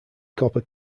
copper